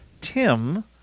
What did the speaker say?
Tim